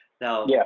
Now